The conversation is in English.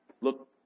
Look